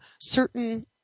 certain